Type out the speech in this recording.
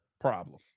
problem